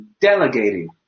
delegating